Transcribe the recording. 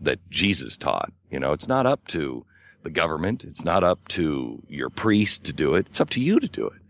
that jesus taught. you know it's not up to the government. it's not up to your priest to do it. it's up to you to do it.